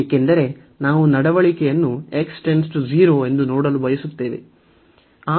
ಏಕೆಂದರೆ ನಾವು ನಡವಳಿಕೆಯನ್ನು ಎಂದು ನೋಡಲು ಬಯಸುತ್ತೇವೆ